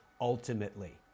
Ultimately